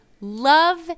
love